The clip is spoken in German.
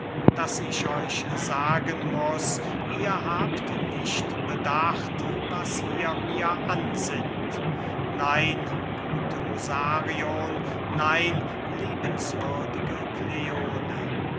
daß ich euch sagen muß ihr habt nicht bedacht was ihr mir ansinnt nein gute musarion nein liebenswürdige kleone